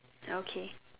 okay